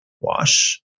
wash